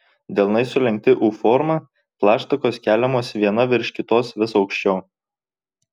delnai sulenkti u forma plaštakos keliamos viena virš kitos vis aukščiau